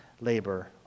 labor